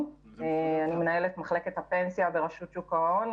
אני מנהלת מחלקת הפנסיה ברשות שוק ההון,